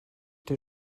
der